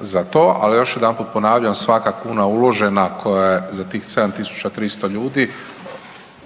za to, ali još jednom ponavljam svaka kuna uložena koja je za tih 7300 ljudi